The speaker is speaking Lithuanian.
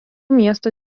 miesto